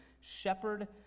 Shepherd